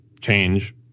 change